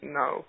no